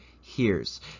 hears